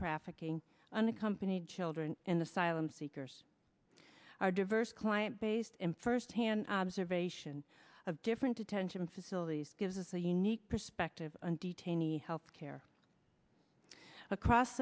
trafficking unaccompanied children in the silence seekers are diverse client based in first hand observation of different detention facilities gives us a unique perspective on detainee health care across